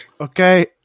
okay